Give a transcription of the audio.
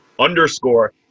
underscore